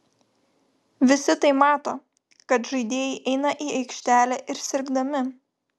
visi tai mato kad žaidėjai eina į aikštelę ir sirgdami